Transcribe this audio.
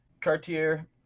Cartier